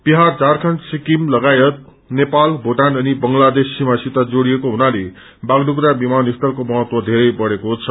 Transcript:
बिहार झारखण्ड सिकिम तगायत नेपाल भूटान अनि बंगलादेश सीमासित जोड़िएको हुनाले बाषडुग्रा विमानस्थलको महत्व वेरै बढ़ेको छ